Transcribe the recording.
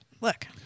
look